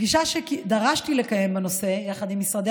פגישה שדרשתי לקיים בנושא יחד עם משרדי